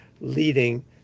leading